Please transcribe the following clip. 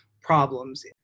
problems